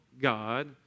God